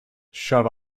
shove